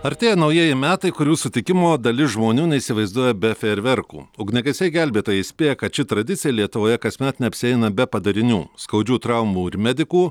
artėja naujieji metai kurių sutikimo dalis žmonių neįsivaizduoja be fejerverkų ugniagesiai gelbėtojai įspėja kad ši tradicija lietuvoje kasmet neapsieina be padarinių skaudžių traumų ir medikų